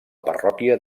parròquia